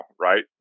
right